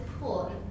pool